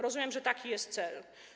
Rozumiem, że taki jest cel.